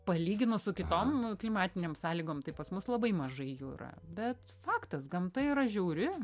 palyginus su kitom klimatinėm sąlygom tai pas mus labai mažai jų yra bet faktas gamta yra žiauri